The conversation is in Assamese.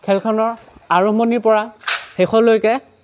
খেলখনৰ আৰম্ভণিৰ পৰা শেষলৈকে